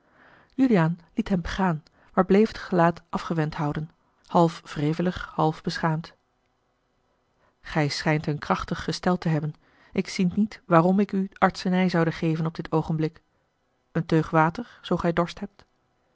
juliaan liet hem begaan maar bleef het gelaat afgewend houden half wrevelig half beschaamd gij schijnt een krachtig gestel te hebben ik zie niet waarom ik u artsenij zoude geven op dit oogenblik een teug water zoo gij dorst hebt